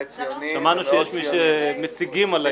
חברים, אתם רוצים לתקן את העוול?